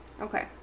Okay